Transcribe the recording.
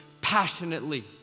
passionately